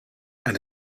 and